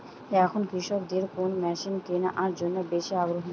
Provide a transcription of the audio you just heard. এখন কৃষকদের কোন মেশিন কেনার জন্য বেশি আগ্রহী?